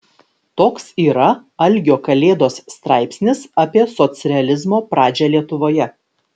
toks yra algio kalėdos straipsnis apie socrealizmo pradžią lietuvoje